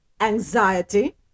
anxiety